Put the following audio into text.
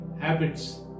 habits